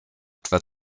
etwa